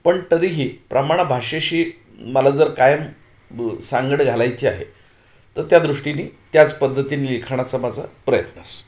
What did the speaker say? पण तरीही प्रमाण भाषेशी मला जर कायम सांगड घालायची आहे तर त्या दृष्टीने त्याच पद्धतीने लिखाणाचा माझा प्रयत्न असतो